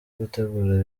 gutegura